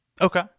Okay